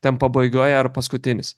ten pabaigoj ar paskutinis